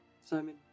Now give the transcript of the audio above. Simon